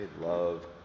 love